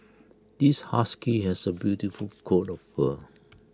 this husky has A beautiful coat of fur